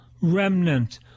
remnant